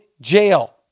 jail